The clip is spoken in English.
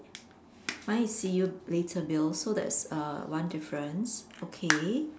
mine is see you later Bill so that's uh one difference okay